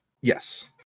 Yes